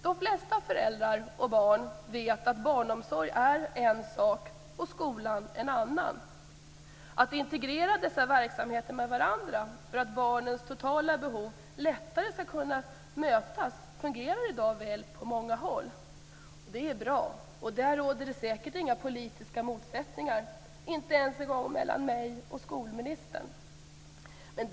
De flesta föräldrar och barn vet att barnomsorg är en sak och skolan en annan. Att integrera dessa verksamheter med varandra för att lättare kunna möta barnens totala behov fungerar i dag väl på många håll. Det är bra, och på den punkten råder det säkert inga politiska motsättningar, inte ens en gång mellan mig och skolministern.